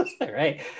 right